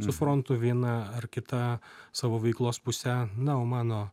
su frontu viena ar kita savo veiklos puse na o mano